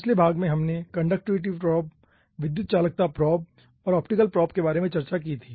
पिछले भाग में हमने कंडक्टिविटी प्रोब विद्युत चालकता प्रोब और ऑप्टिकल प्रोब के बारे में चर्चा की थी